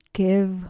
give